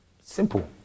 simple